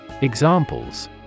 Examples